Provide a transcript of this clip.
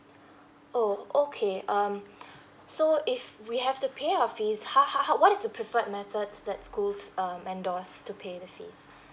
oh okay um so if we have to pay our fees how how how what is the preferred methods that schools um endorse to pay the fees